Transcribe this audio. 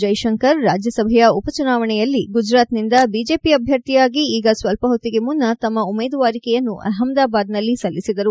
ಜೈಶಂಕರ್ ರಾಜ್ಯ ಸಭೆಯ ಉಪಚುನಾವಣೆಯಲ್ಲಿ ಗುಜರಾತ್ನಿಂದ ಬಿಜೆಪಿ ಅಭ್ಯರ್ಥಿಯಾಗಿ ಈಗ ಸ್ಟಲ್ಪ ಹೊತ್ತಿಗೆ ಮುನ್ನ ತಮ್ಮ ಉಮೇದುವಾರಿಕೆಯನ್ನು ಅಹಮದಾಬಾದ್ನಲ್ಲಿ ಸಲ್ಲಿಸಿದರು